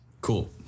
Cool